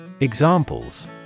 Examples